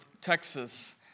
Texas